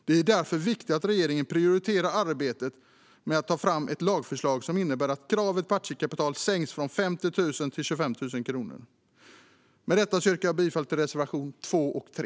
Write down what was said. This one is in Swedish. Det är därför viktigt att regeringen prioriterar arbetet med att ta fram ett lagförslag som innebär att kravet på aktiekapital sänks från 50 000 till 25 000 kronor. Med detta yrkar jag bifall till reservationerna 2 och 3.